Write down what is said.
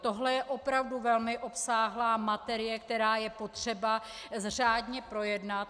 Tohle je opravdu velmi obsáhlá materie, kterou je potřeba řádně projednat.